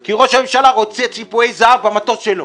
כי ראש הממשלה רוצה ציפויי זהב במטוס שלו.